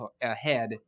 ahead